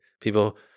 People